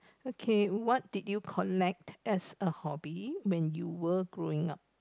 okay what did you collect as a hobby when you were growing up